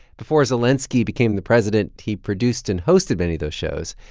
before zelenskiy became the president, he produced and hosted many of those shows.